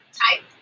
type